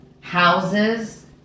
houses